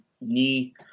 knee